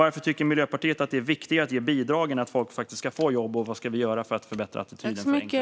Varför tycker Miljöpartiet att det är viktigare att ge bidrag än att folk faktiskt får jobb? Vad ska vi göra för att förbättra attityden till enkla jobb?